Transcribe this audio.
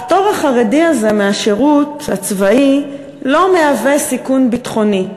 הפטור החרדי הזה מהשירות הצבאי לא מהווה סיכון ביטחוני,